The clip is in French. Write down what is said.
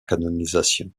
canonisation